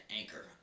anchor